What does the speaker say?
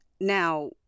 Now